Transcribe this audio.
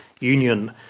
union